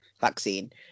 vaccine